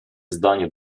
zdań